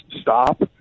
stop